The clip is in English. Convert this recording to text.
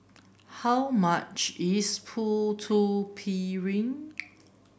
how much is Putu Piring